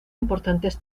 importantes